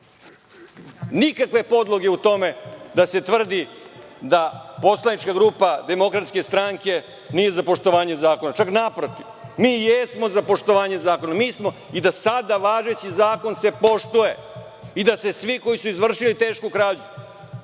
nikakve podloge u tome da se tvrdi da poslanička grupa DS nije za poštovanje zakona. Naprotiv, mi jesmo za poštovanje zakona. Mi smo da se i sada važeći zakon poštuje i da se svi koji su izvršili tešku krađu,